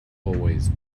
always